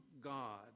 God